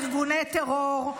טרור.